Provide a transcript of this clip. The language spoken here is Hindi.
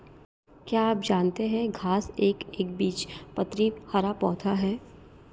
क्या आप जानते है घांस एक एकबीजपत्री हरा पौधा है?